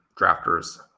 drafters